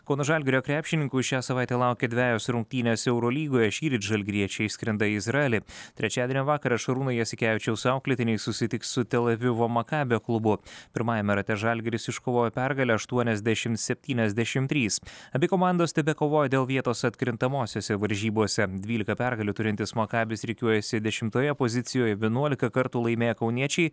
kauno žalgirio krepšininkų šią savaitę laukia dvejos rungtynės eurolygoje šįryt žalgiriečiai išskrenda į izraelį trečiadienio vakarą šarūno jasikevičiaus auklėtiniai susitiks su tel avivo makabio klubu pirmajame rate žalgiris iškovojo pergalę aštuoniasdešim septyniasdešim trys abi komandos tebekovoja dėl vietos atkrintamosiose varžybose dvylika pergalių turintis makabis rikiuojasi dešimtoje pozicijoj vienuolika kartų laimėję kauniečiai